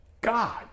god